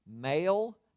male